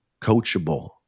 coachable